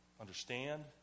understand